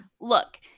Look